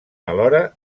alhora